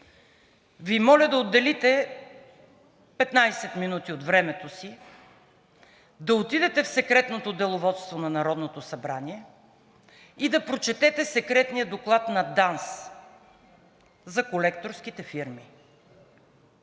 Ви моля да отделите 15 минути от времето си, да отидете в Секретното деловодство на Народното събрание и да прочетете секретния доклад на ДАНС за колекторските фирми.